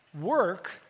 Work